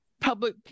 public